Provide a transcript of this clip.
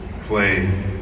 play